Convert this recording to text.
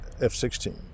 F-16